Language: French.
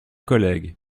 collègues